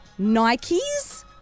Nikes